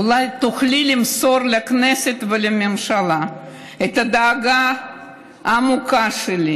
אולי תוכלי למסור לכנסת ולממשלה את הדאגה העמוקה שלי.